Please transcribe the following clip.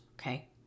Okay